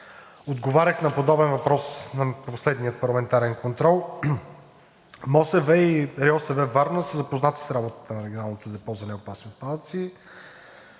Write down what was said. Отговарях на подобен въпрос на последния парламентарен контрол. МОСВ и РИОСВ – Варна, са запознати с работата на регионалното депо за неопасни отпадъци.